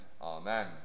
Amen